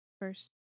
first